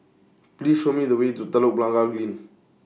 Please Show Me The Way to Telok Blangah Green